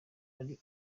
hari